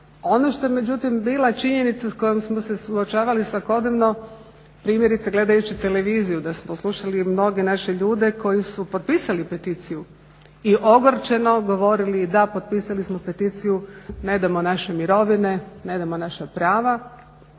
Ono što je međutim bila činjenica s kojom smo se suočavali svakodnevno primjerice gledajući televiziju da smo slušali mnoge naše ljude koji su potpisali peticiju i ogorčeno govorili da potpisali smo peticiju, ne damo naše mirovine, ne damo naša prava.